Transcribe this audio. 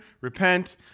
repent